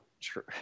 True